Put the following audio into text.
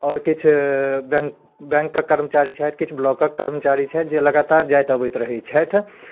आओर किछु बैँक बैँकके कर्मचारी छथि किछु ब्लॉकके कर्मचारी छथि जे लगातार जाइत अबैत रहै छथि